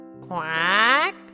Quack